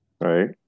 Right